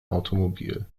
automobil